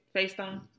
Facetime